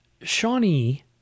Shawnee